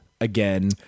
again